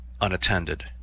unattended